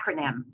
acronym